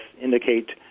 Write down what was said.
indicate